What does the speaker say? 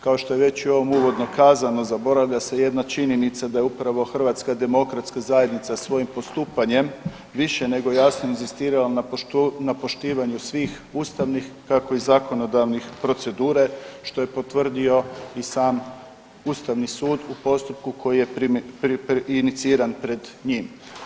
Kao što je već uvodno kazano zaboravlja se jedna činjenica da je upravo HDZ svojim postupanjem više nego jasno inzistirala na poštivanju svih ustavnih kako i zakonodavnih procedura što je potvrdio i sam Ustavni sud u postupku koji je iniciran pred njim.